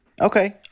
Okay